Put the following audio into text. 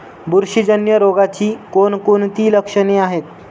बुरशीजन्य रोगाची कोणकोणती लक्षणे आहेत?